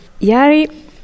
Yari